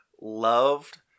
loved